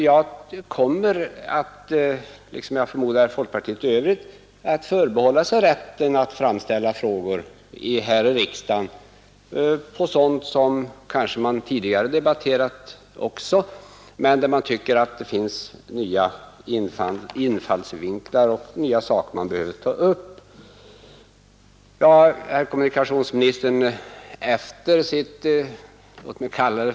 Jag — och jag tror också folkpartiet i övrigt — kommer att förbehålla mig rätten att här i riksdagen framställa frågor om sådant som väl har debatterats tidigare men som jag tycker att det kan finnas nya infallsvinklar på eller som bör förtydligas genom att nya spörsmål tas upp.